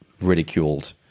ridiculed